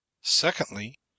Secondly